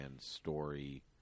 story –